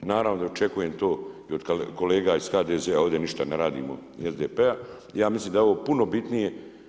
Naravno da očekujem to i od kolega iz HDZ-a, ovdje ništa ne radimo i SDP-a, ja mislim da je ovo puno bitnije.